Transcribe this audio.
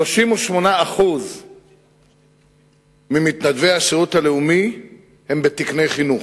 38% ממתנדבי השירות הלאומי הם בתקני חינוך,